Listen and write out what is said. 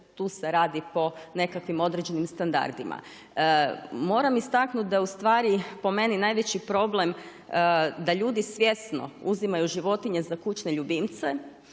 tu se radi po nekakvim određenim standardima. Moram istaknuti da ustvari, po meni najveći problem, da ljudi svjesno uzimaju životinje za kućne ljubimce